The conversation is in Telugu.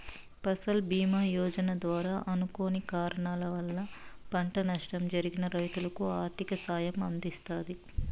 ఫసల్ భీమ యోజన ద్వారా అనుకోని కారణాల వల్ల పంట నష్టం జరిగిన రైతులకు ఆర్థిక సాయం అందిస్తారు